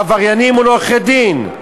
עבריינים מול עורכי-דין.